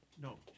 No